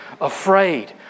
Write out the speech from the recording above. afraid